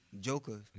Joker